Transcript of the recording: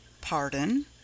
Pardon